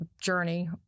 journey